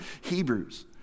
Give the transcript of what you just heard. Hebrews